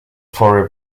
for